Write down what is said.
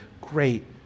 great